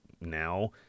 now